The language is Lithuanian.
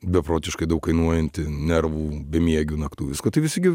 beprotiškai daug kainuojanti nervų bemiegių naktų visko tai visi gi